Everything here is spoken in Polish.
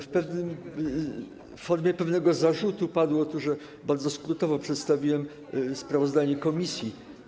W formie pewnego zarzutu padło tu, że bardzo skrótowo przedstawiłem sprawozdanie komisji.